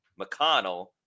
McConnell